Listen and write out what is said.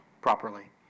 properly